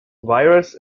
wires